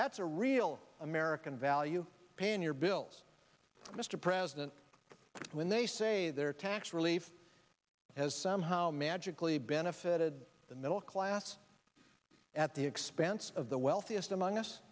that's a real american value paying your bills mr president when they say their tax relief has somehow magically benefited the middle class at the expense of the wealthiest among us